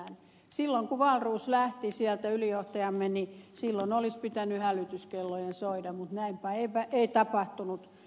silloin kun wahlroos ylijohtajamme lähti sieltä olisi pitänyt hälytyskellojen soida mutta näinpä ei tapahtunut